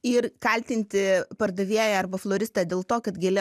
ir kaltinti pardavėją arba floristą dėl to kad gėlė